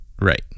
right